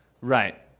Right